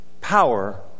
power